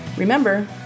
Remember